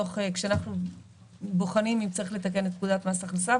כשאנחנו בוחנים אם צריך לתקן את פקודת מס הכנסה,